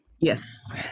Yes